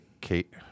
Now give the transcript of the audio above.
Kate